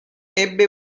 ebbe